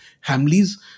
Hamley's